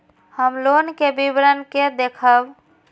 हम लोन के विवरण के देखब?